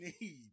need